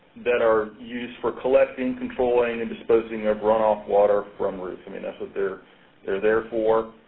that are used for collecting, controlling, and disposing of runoff water from roofs. i mean that's what they're there there for.